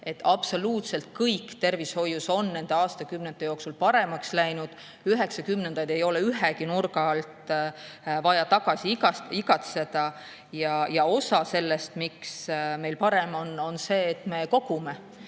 absoluutselt kõik on nende aastakümnete jooksul paremaks läinud. 1990-ndaid ei ole ühegi nurga alt vaja igatseda. Osa sellest, miks meil parem on, on see, et me kogume